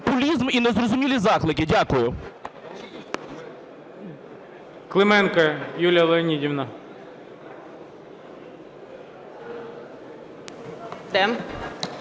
Клименко Юлія Леонідівна.